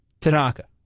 Tanaka